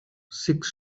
six